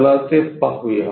चला ते पाहूया